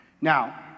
Now